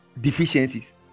deficiencies